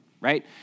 right